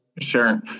Sure